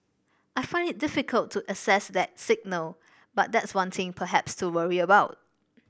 I find it difficult to assess that signal but that's one thing perhaps to worry about